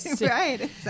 right